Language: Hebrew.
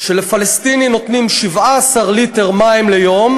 נותנים לפלסטינים 17 ליטר מים ליום,